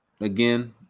Again